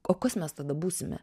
o kas mes tada būsime